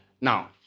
Now